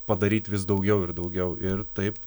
padaryt vis daugiau ir daugiau ir taip